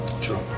True